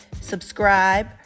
subscribe